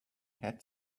had